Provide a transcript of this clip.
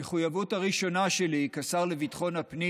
המחויבות הראשונה שלי כשר לביטחון הפנים